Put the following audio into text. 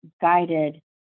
guided